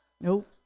Nope